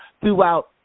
throughout